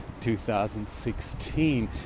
2016